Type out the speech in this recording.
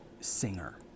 Singer